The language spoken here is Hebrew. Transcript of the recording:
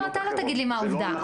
אתה לא תגיד לי מה עובדה.